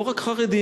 לא רק חרדים,